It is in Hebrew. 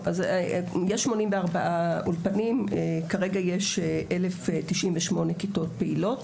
יש 84 אולפנים, כרגע יש 1,098 כיתות פעילות.